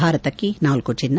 ಭಾರತಕ್ಕೆ ನಾಲ್ತು ಚಿನ್ನ